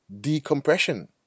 decompression